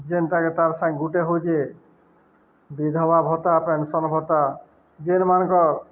ଯେନ୍ତାକେ ତାର୍ ସାଙ୍ଗେ ଗୁଟେ ହଉଚେ ବିଧବା ଭତ୍ତା ପେନ୍ସନ ଭତ୍ତା ଯେନ୍ମାନଙ୍କ